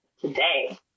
today